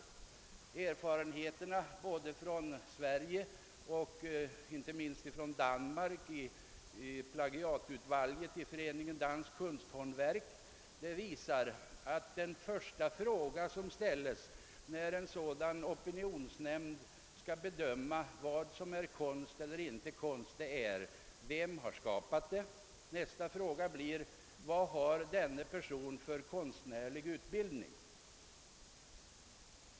Erfarenheterna från vårt eget land och inte minst från Danmark — jag syftar på plagiat udvalget inom Foreningen Dansk Kunsthaandverk — visar att den första fråga som ställs när en sådan opinionsnämnd skall bedöma vad som är konst och inte konst är: Vem har skapat det? Nästa fråga blir: Vad har denna person för konstnärlig utbildning?